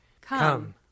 Come